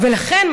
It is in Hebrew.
ולכן,